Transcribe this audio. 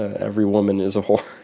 every woman is a whore.